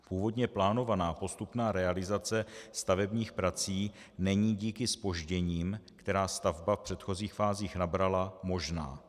Původně plánovaná postupná realizace stavebních prací není díky zpožděním, která stavba v předchozích fázích nabrala, možná.